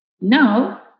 Now